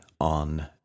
on